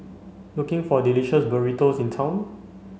looking for delicious burritos in town